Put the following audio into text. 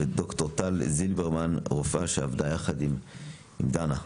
וד"ר טל זילברמן - רופאה שעבדה יחד עם דנה.